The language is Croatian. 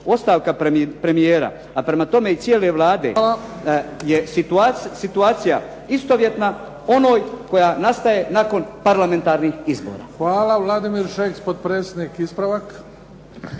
Ostavka premijera, a prema tome i cijele Vlade je situacija istovjetna onoj koja nastaje nakon parlamentarnih izbora.